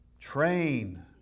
train